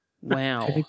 Wow